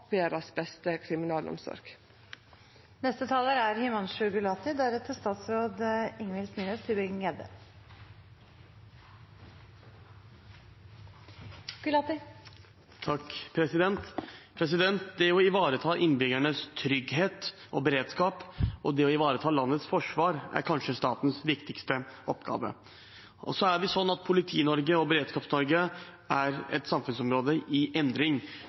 ha den beste kriminalomsorga i verda. Det å ivareta innbyggernes trygghet og beredskap og å ivareta landets forsvar er kanskje statens viktigste oppgave. Så er det sånn at Politi-Norge og Beredskaps-Norge er et samfunnsområde i endring,